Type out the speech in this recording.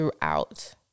throughout